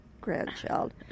grandchild